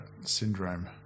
syndrome